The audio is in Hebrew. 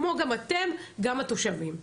כמו גם אתם גם התושבים.